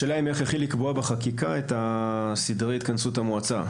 השאלה היא איך לקבוע בחקיקה את סדרי התכנסות המועצה.